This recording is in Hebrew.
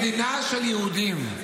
מדינה של יהודים,